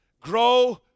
grow